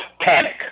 panic